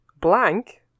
Blank